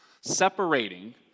separating